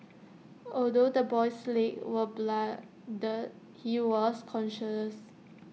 although the boy's legs were bloodied he was conscious